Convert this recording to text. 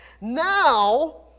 now